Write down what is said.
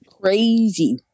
Crazy